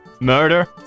murder